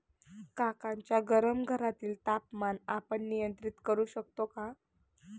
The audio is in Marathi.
काकांच्या गरम घरातील तापमान आपण नियंत्रित करु शकतो का?